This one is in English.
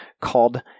called